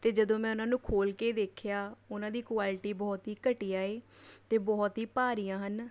ਅਤੇ ਜਦੋਂ ਮੈਂ ਉਹਨਾਂ ਨੂੰ ਖੋਲ੍ਹ ਕੇ ਦੇਖਿਆ ਉਹਨਾਂ ਦੀ ਕੁਐਲਿਟੀ ਬਹੁਤ ਹੀ ਘਟੀਆ ਹੈ ਅਤੇ ਬਹੁਤ ਹੀ ਭਾਰੀਆਂ ਹਨ